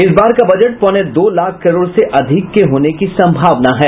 इस बार का बजट पौने दो लाख करोड़ से अधिक के होने की सम्भावना है